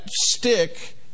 stick